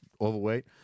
overweight